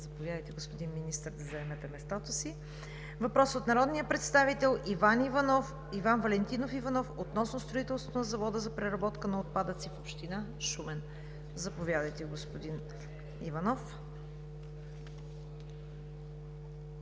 Заповядайте, господин Министър, да заемете мястото си. Въпрос от народния представител Иван Валентинов Иванов относно строителство на завод за преработка на отпадъци в община Шумен. Заповядайте, господин Иванов.